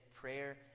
Prayer